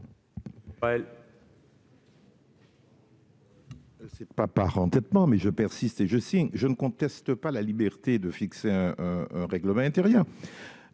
Ce n'est pas par entêtement, mais je persiste et je signe. Je ne conteste pas la liberté de décider d'un règlement intérieur.